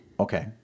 Okay